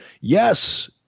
Yes